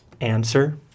Answer